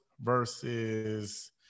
versus